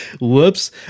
Whoops